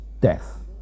death